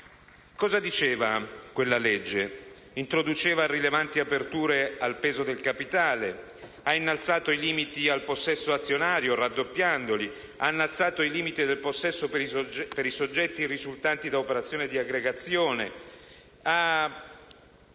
Cosa diceva quella legge? Introduceva rilevanti aperture al peso del capitale, ha innalzato i limiti al possesso azionario raddoppiandoli, ha innalzato il limite al possesso per i soggetti risultanti da operazioni di aggregazione, ha